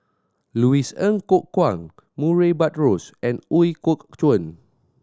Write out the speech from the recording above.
Louis Ng Kok Kwang Murray Buttrose and Ooi Kok Chuen